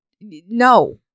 no